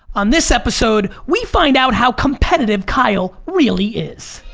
on this episode we find out how competitive kyle really is.